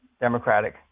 Democratic